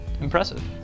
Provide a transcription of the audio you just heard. Impressive